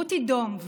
רותי דומב